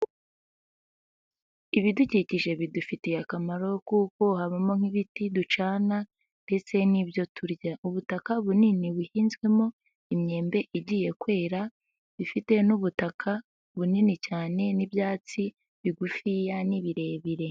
Ibidukikije bidufitiye akamaro kuko habamo nk'ibiti ducana ndetse n'ibyo turya. Ubutaka bunini buhinzwemo imyembe igiye kwera, bifite n'ubutaka bunini cyane n'ibyatsi bigufiya n'ibirebire.